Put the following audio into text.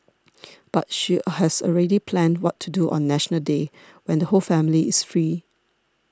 but she has already planned what to do on National Day when the whole family is free